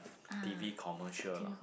T_V commercial lah